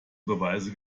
beweise